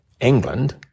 England